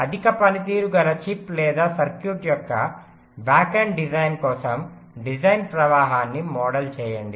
అధిక పనితీరు గల చిప్ లేదా సర్క్యూట్ యొక్క బ్యాక్ ఎండ్ డిజైన్ కోసం డిజైన్ ప్రవాహాన్ని మోడల్ చేయండి